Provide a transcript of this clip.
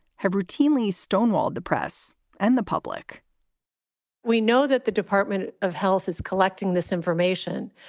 have routinely stonewalled the press and the public we know that the department of health is collecting this information.